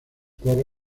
corre